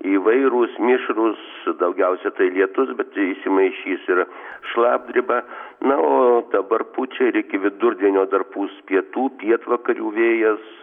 įvairūs mišrūs daugiausia tai lietus bet įsimaišys ir šlapdriba na o dabar pučia ir iki vidurdienio dar pūs pietų pietvakarių vėjas